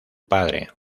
padre